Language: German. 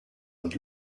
und